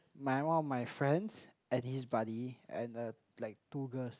my one of my friends and his buddy and uh like two girls